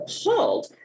appalled